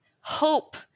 Hope